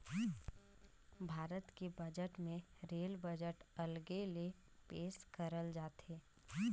भारत के बजट मे rail budget अलगे ले पेस करल जाथे